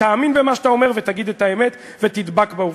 תאמין במה שאתה אומר ותגיד את האמת ותדבק בעובדות.